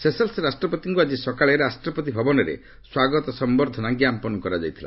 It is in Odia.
ସେସଲ୍ସ୍ ରାଷ୍ଟ୍ରପତିଙ୍କୁ ଆଜି ସକାଳେ ରାଷ୍ଟ୍ରପତି ଭବନରେ ସ୍ୱାଗତ ସମ୍ଭର୍ଦ୍ଧନା ଜ୍ଞାପନ କରାଯାଇଥିଲା